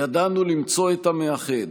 ידענו למצוא את המאחד,